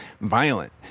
violent